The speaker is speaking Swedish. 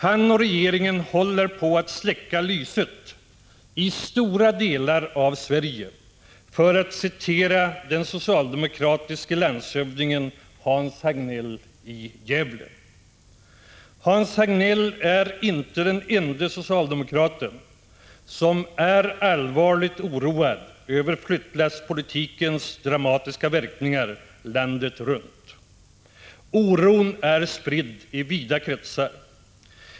Han och regeringen håller på att ”släcka lyset” i stora delar av Sverige, för att citera den socialdemokratiske landshövdingen Hans Hagnell i Gävle. Hans Hagnell är inte den ende socialdemokraten som är allvarligt oroad över flyttlasspolitikens dramatiska verkningar landet runt. Oron är spridd i vida kretsar.